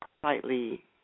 slightly